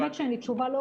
באמת שאין לי תשובה.